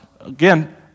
Again